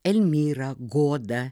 elmyrą godą